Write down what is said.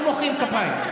לא מוחאים כפיים.